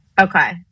okay